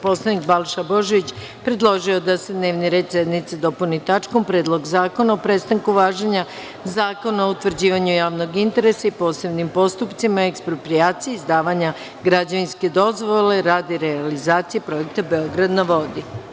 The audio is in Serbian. Narodni poslanik Balša Božović predložio je da se dnevni red sednice dopuni tačkom – Predlog zakona o prestanku važenja Zakona o utvrđivanju javnog interesa i posebnim postupcima eksproprijacije izdavanja građevinske dozvole radi realizacije projekta „Beograd na vodi“